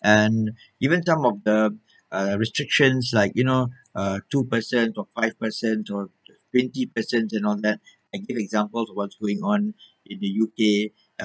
and even some of the uh restrictions like you know uh two person or five person or twenty person and all that and give examples of what's going on in the U_K